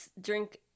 drink